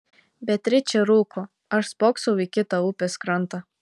beatričė rūko aš spoksau į kitą upės krantą